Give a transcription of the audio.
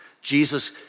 Jesus